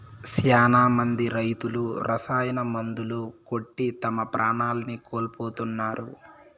శ్యానా మంది రైతులు రసాయన మందులు కొట్టి తమ ప్రాణాల్ని కోల్పోతున్నారు